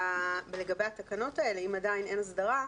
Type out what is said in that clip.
לגבי התקנות הללו אם עדיין אין הסדרה,